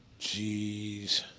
Jeez